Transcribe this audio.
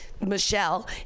Michelle